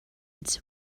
its